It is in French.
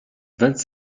vingt